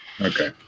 Okay